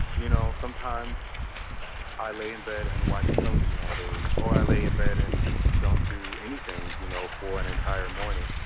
you know, sometimes i lay in bed and watch television all day. or i lay in bed and don't do anything you know for an entire morning.